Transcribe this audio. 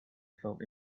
felt